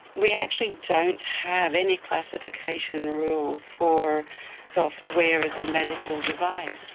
we actually don't have any classification rules for software as a medical device.